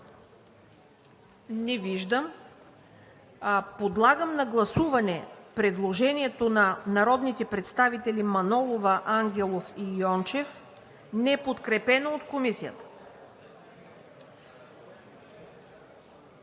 Не виждам. Подлагам на гласуване предложението на народните представители Манолова, Ангелов и Йончев, неподкрепено от Комисията.